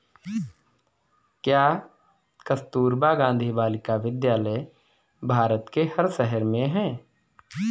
क्या कस्तूरबा गांधी बालिका विद्यालय भारत के हर शहर में है?